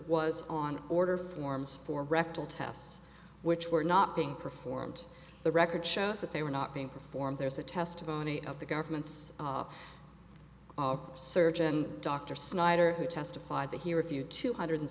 was on order forms for rectal tests which were not being performed the record shows that they were not being performed there's a testimony of the government's surgeon dr snyder who testified that here a few two hundred